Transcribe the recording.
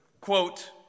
Quote